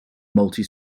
multi